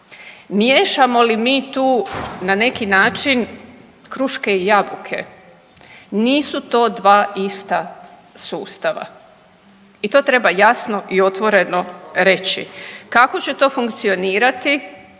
Miješamo li mi tu na neki način kruške i jabuke? Nisu to dva ista sustava. I to treba jasno i otvoreno reći. Kako će to funkcionirati